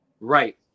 right